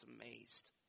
amazed